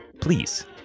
please